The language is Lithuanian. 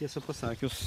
tiesą pasakius